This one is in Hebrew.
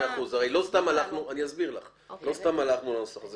לא סתם הלכנו לנוסח הזה.